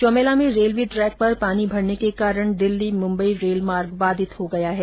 चौमेला में railway track पर पानी भरने के कारण दिल्ली मुंबई रेलमार्ग बाधित हो गया है